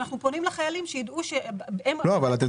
אנחנו פונים לחיילים שיידעו -- אבל אתם